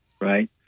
right